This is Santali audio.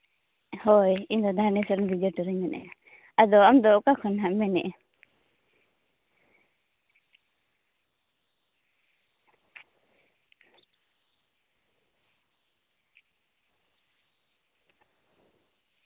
ᱦᱳᱭ ᱤᱧ ᱫᱚ ᱢᱮᱱᱮᱫᱼᱟ ᱟᱫᱚ ᱟᱢ ᱫᱚ ᱠᱷᱚᱱ ᱦᱟᱸᱜ ᱮᱢ ᱢᱮᱱᱮᱫᱼᱟ